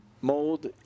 mold